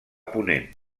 ponent